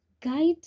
guide